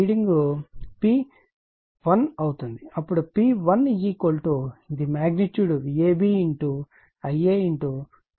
అప్పుడు P1 ఇది magnitude Vab Ia cos30o